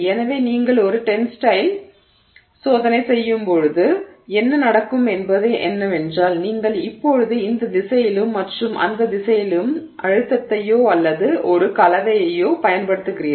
எனவே நீங்கள் ஒரு டென்ஸைல் சோதனை செய்யும்போது என்ன நடக்கும் என்பது என்னவென்றால் நீங்கள் இப்போது இந்த திசையிலும் மற்றும் அந்த திசையிலும் அழுத்தத்தையோ அல்லது ஒரு சுமையையோ பயன்படுத்துகிறீர்கள்